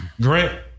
Grant